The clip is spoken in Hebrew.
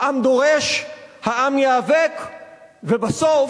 העם דורש, העם ייאבק ובסוף